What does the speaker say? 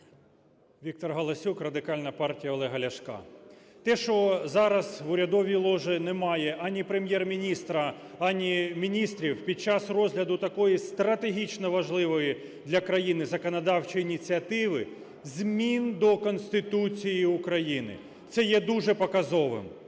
Віктор Галасюк, Радикальна партія Олега Ляшка. Те, що зараз в урядовій ложі немає ані Прем'єр-міністра, ані міністрів під час розгляду такої стратегічно важливої для країни законодавчої ініціативи – змін до Конституції України, це є дуже показово.